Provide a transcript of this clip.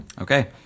Okay